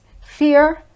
fear